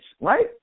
right